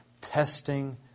Testing